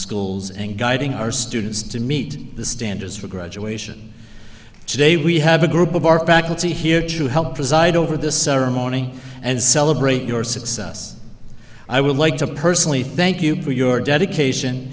schools and guiding our students to meet the standards for graduation today we have a group of our faculty here to help preside over the ceremony and celebrate your success i would like to personally thank you put your dedication